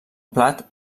plat